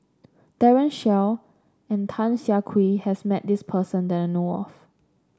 Daren Shiau and Tan Siah Kwee has met this person that I know of